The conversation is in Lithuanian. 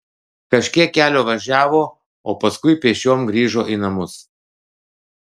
kažkiek kelio važiavo o paskui pėsčiom grįžo į namus